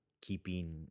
keeping